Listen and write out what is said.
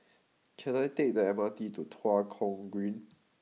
can I take the M R T to Tua Kong Green